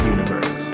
Universe